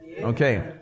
Okay